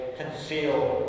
concealed